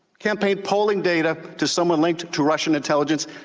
campaign polling data to someone linked to russian intelligence.